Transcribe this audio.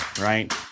right